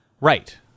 Right